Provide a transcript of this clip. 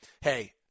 hey